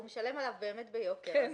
הוא משלם עליו באמת ביוקר,